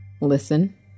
Listen